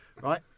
right